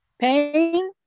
Pain